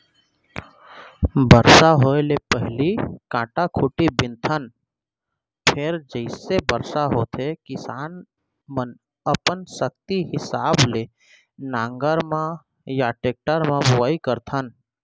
बरसा होए ले पहिली कांटा खूंटी बिनथन फेर जइसे बरसा होथे किसान मनअपन सक्ति हिसाब ले नांगर म या टेक्टर म बोआइ करथन